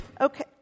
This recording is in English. okay